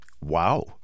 Wow